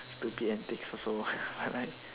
stupid antics also I like